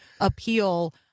appeal